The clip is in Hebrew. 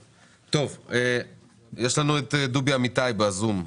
טוב, יש לנו את דובי אמיתי בזום.